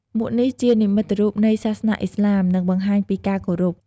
មួកនេះជានិមិត្តរូបនៃសាសនាឥស្លាម និងបង្ហាញពីការគោរព។